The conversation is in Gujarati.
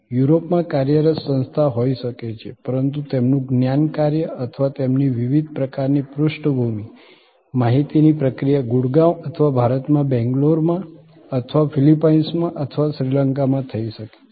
યુરોપમાં કાર્યરત સંસ્થા હોઈ શકે છે પરંતુ તેમનું જ્ઞાન કાર્ય અથવા તેમની વિવિધ પ્રકારની પૃષ્ઠભૂમિ માહિતીની પ્રક્રિયા ગુડગાંવ અથવા ભારતમાં બેંગ્લોરમાં અથવા ફિલિપાઈન્સમાં અથવા શ્રીલંકામાં થઈ શકે છે